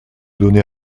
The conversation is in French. donner